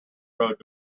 road